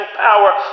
power